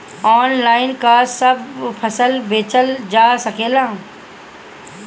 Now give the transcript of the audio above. Online का सब फसल बेचल जा सकेला?